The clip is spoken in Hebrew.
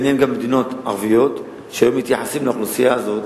גם מדינה ערבית, שהיו מתייחסים בה לאוכלוסייה הזאת